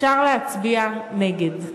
אפשר להצביע נגד.